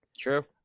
True